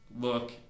look